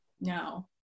No